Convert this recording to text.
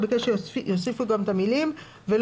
הוא ביקש שיוסיפו גם את המילים "ולא